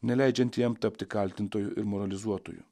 neleidžianti jam tapti kaltintoju ir moralizuotoju